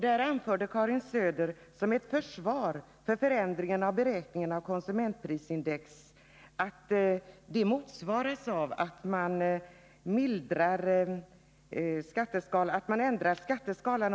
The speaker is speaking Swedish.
Där anförde Karin Söder som ett försvar för förändringarna av beräkningen av konsumentprisindex att det sker en motsvarande förändring på indexskatteskalan.